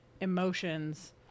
emotions